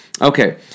Okay